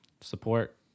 Support